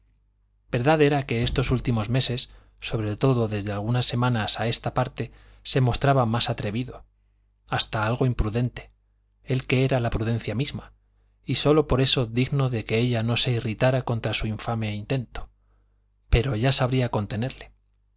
verdad era que en estos últimos meses sobre todo desde algunas semanas a esta parte se mostraba más atrevido hasta algo imprudente él que era la prudencia misma y sólo por esto digno de que ella no se irritara contra su infame intento pero ya sabría contenerle